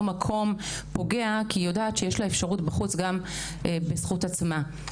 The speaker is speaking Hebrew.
מקום פוגע כי היא יודעת שיש לה אפשרות בחוץ גם בזכות עצמה.